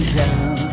down